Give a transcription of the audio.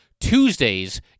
Tuesday's